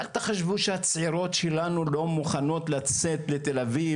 ואל תחשבו שהצעירות שלנו לא מוכנות לצאת לתל אביב